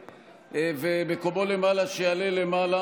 ומקומו למעלה, שיעלה למעלה.